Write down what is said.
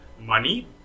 money